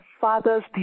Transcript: Father's